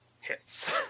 hits